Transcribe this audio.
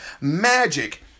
magic